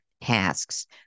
tasks